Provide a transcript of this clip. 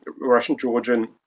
Russian-Georgian